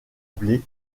blé